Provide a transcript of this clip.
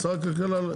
שר הכלכלה לא.